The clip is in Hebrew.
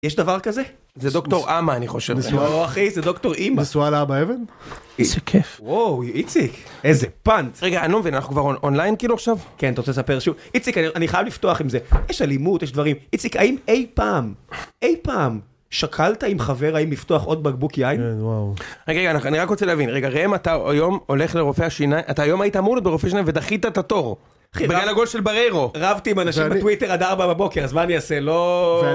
יש דבר כזה? זה דוקטור אמה אני חושב. נשואה אחי? זה דוקטור אימא. נשואה לאבא אבן? איזה כיף. וואו, איציק. איזה Punt. רגע, אני לא מבין, אנחנו כבר אונליין כאילו עכשיו? כן, אתה רוצה לספר שוב? איציק, אני חייב לפתוח עם זה. יש אלימות, יש דברים. איציק, האם אי פעם, אי פעם, שקלת עם חבר האם לפתוח עוד בקבוק יין? כן, וואו. רגע, רגע, אני רק רוצה להבין. רגע, ראם, אתה היום הולך לרופא השיניים, אתה היום היית אמור להיות ברופא השיניים ודחית את התור. בגלל הגול של בריירו. רבתי עם אנשים בטוויטר עד 4 בבוקר, אז מה אני אעשה? לא...